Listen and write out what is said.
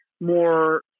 more